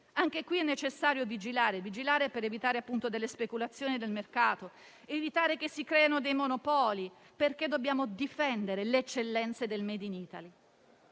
caso è necessario vigilare, per evitare le speculazioni del mercato e che si creino monopoli. Dobbiamo difendere le eccellenze del *made in Italy*.